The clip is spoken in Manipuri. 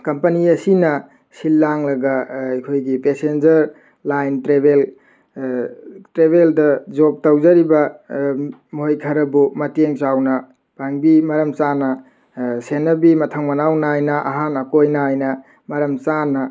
ꯀꯝꯄꯅꯤ ꯑꯁꯤꯅ ꯁꯤꯜꯂꯥꯡꯂꯒ ꯑꯩꯈꯣꯏꯒꯤ ꯄꯦꯁꯦꯟꯖꯔ ꯂꯥꯏꯟ ꯇ꯭ꯔꯦꯚꯦꯜ ꯇ꯭ꯔꯦꯚꯦꯜꯗ ꯖꯣꯛ ꯇꯧꯖꯔꯤꯕ ꯃꯣꯏ ꯈꯔꯕꯨ ꯃꯇꯦꯡ ꯆꯥꯎꯅ ꯄꯥꯡꯕꯤ ꯃꯔꯝ ꯆꯥꯅ ꯁꯦꯟꯅꯕꯤ ꯃꯊꯪ ꯃꯅꯥꯎ ꯅꯥꯏꯅ ꯑꯍꯥꯟ ꯑꯀꯣꯟ ꯅꯥꯏꯅ ꯃꯔꯝ ꯆꯥꯅ